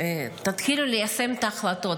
תתחיל ליישם את ההחלטות.